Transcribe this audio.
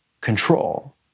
control